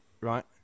right